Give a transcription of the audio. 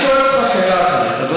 אבל אני שואל אותך שאלה אחרת, אדוני.